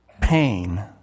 pain